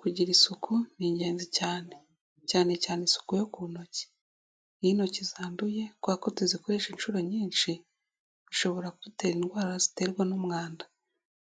Kugira isuku ni ingenzi cyane. Cyane cyane isuku yo ku ntoki. Iyo intoki zanduye kubera ko tuzikoresha inshuro nyinshi, bishobora kudutera indwara ziterwa n'umwanda.